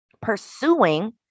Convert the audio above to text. pursuing